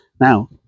now